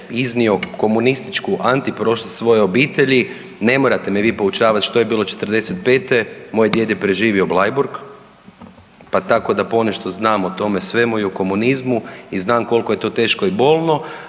iznio komunističku antiprošlost svoje obitelji, ne morate me vi poučavati što je bilo '45., moj djed je preživio Bleiburg pa tako da ponešto znam o tome svemu i o komunizmu i znam koliko je to teško i bolno,